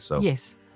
Yes